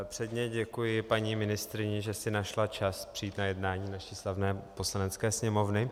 Předně děkuji paní ministryni, že si našla čas přijít na jednání naší slavné Poslanecké sněmovny.